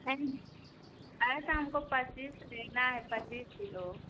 नहीं अरे तो हमको पच्चीस लेना है पच्चीस किलो